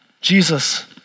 Jesus